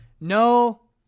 No